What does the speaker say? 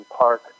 Park